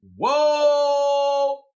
Whoa